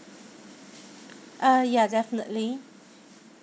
uh ya definitely